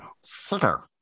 Sitter